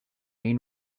main